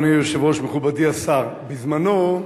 אדוני היושב-ראש, מכובדי השר, בזמנו,